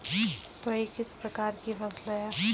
तोरई किस प्रकार की फसल है?